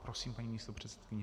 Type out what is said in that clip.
Prosím, paní místopředsedkyně.